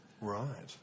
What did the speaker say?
Right